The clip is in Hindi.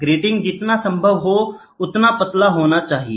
ग्रीटिंग जितना संभव हो उतना पतला होना चाहिए